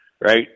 right